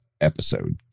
episode